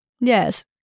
Yes